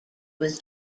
was